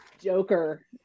Joker